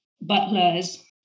butlers